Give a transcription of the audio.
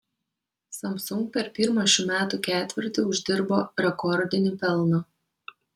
samsung per pirmą šių metų ketvirtį uždirbo rekordinį pelną